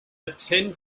attend